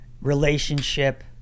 relationship